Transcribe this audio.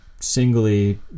singly